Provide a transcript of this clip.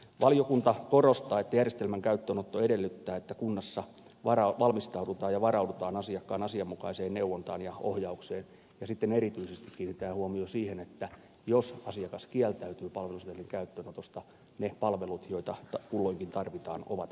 valiokunta korostaa että järjestelmän käyttöönotto edellyttää että kunnassa valmistaudutaan ja varaudutaan asiakkaan asianmukaiseen neuvontaan ja ohjaukseen ja sitten erityisesti kiinnitetään huomio siihen että jos asiakas kieltäytyy palvelusetelin käyttöönotosta ne palvelut joita kulloinkin tarvitaan ovat saatavilla